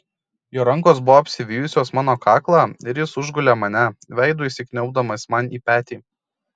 jo rankos buvo apsivijusios mano kaklą ir jis užgulė mane veidu įsikniaubdamas man į petį